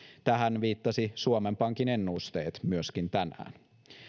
tähän viittasivat myöskin suomen pankin ennusteet tänään